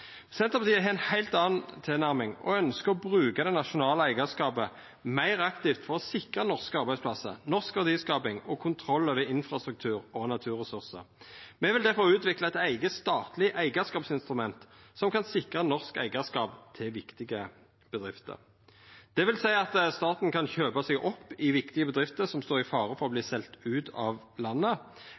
Senterpartiet har ei heilt anna tilnærming og ønskjer å bruka det nasjonale eigarskapet meir aktivt for å sikra norske arbeidsplassar, norsk verdiskaping og kontroll over infrastruktur og naturressursar. Me vil difor utvikla eit eige statleg eigarskapsinstrument som kan sikra norsk eigarskap til viktige bedrifter. Det vil seia at staten kan kjøpa seg opp i viktige bedrifter som står i fare for å verta selde ut av landet,